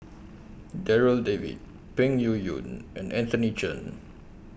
Darryl David Peng Yuyun and Anthony Chen